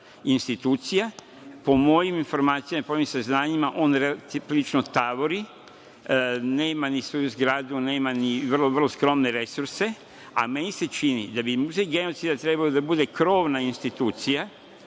institucija. Po mojim informacija, po mojim saznanjima on prilično tavori, nema ni svoju zgradu, nema ni, vrlo, vrlo, skromne resurse. Meni se čini da bi Muzej genocida trebalo da bude krovna institucija